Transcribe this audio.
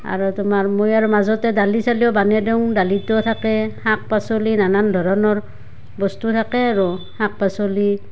আৰু তোমাৰ মই আৰু মাজতে দালি চালিও বনাই দিওঁ দালিটো থাকে শাক পাচলি নানান ধৰণৰ বস্তু থাকে আৰু শাক পাচলি